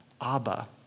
Abba